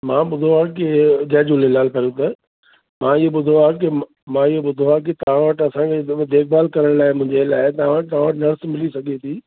मां ॿुधो आहे की जय झूलेलाल पहिरीं त मां इहो ॿुधो आहे की म मां इहो ॿुधो आहे की तव्हां वटां असांजी देखभालु करण लाइ मुंहिंजे लाइ तव्हां वटां नर्स मिली सघे थी